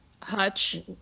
hutch